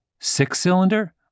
six-cylinder